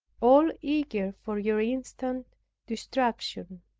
all eager for your instant destruction.